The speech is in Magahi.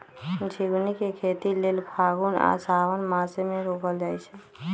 झिगुनी के खेती लेल फागुन आ साओंन मासमे रोपल जाइ छै